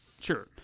sure